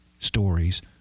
stories